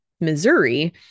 Missouri